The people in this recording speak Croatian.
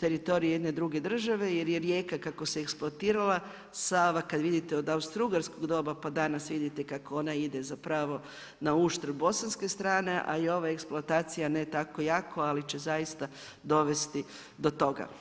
teritorija jedne druge države, jer je rijeka kako se eksploatirala, Sava kad vidite od austrougarskog doba, pa danas vidite kako ona ide zapravo na uštrb bosanske strane a ova eksploatacija ne tako jako, ali će zaista dovesti do toga.